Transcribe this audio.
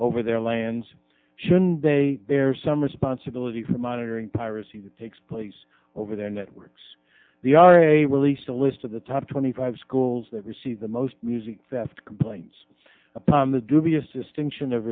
over their lands should they there some responsibility for monitoring piracy that takes place over their networks the ira released a list of the top twenty five schools that receive the most music that complaints upon the dubious distinction of